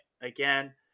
again